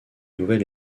nouvel